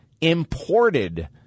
imported